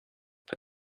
but